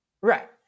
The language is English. Right